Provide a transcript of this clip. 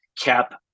cap